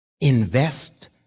invest